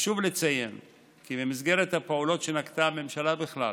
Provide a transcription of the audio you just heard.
חשוב לציין כי במסגרת הפעולות שנקטו הממשלה בכלל